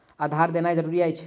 आधार देनाय जरूरी अछि की?